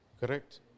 Correct